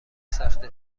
سخته